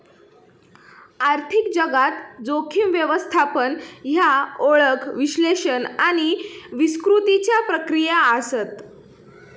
आर्थिक जगात, जोखीम व्यवस्थापन ह्या ओळख, विश्लेषण आणि स्वीकृतीच्या प्रक्रिया आसत